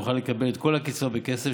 יוכל לקבל את כל הקצבה בכסף,